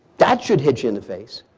that should hit you in the face.